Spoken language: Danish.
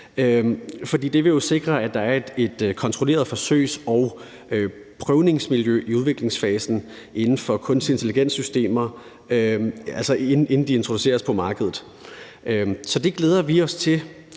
det vil jo sikre, at der er et kontrolleret forsøgs- og prøvningsmiljø i udviklingsfasen inden for kunstig intelligens-systemer, altså inden de introduceres på markedet. Så det glæder vi os til